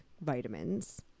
vitamins